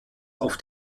auf